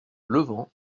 levant